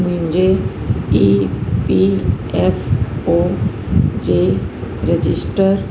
मुंहिंजे E P F O जे register